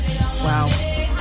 Wow